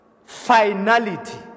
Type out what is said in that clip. finality